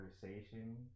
conversation